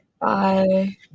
Bye